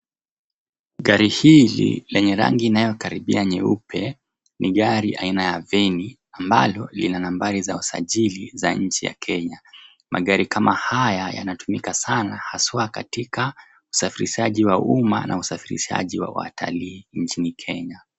Gari hili, lenye rangi inayokaribia nyeupe , ni gari aina ya veni ambalo lina nambari za usajili ya nchi ya Kenya. Magari kama haya yanatumika sana haswa katika usafirishaji wa umma na usafirishaji wa watalii nchini Kenya.